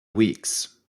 weeks